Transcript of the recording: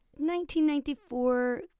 1994